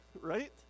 Right